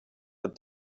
but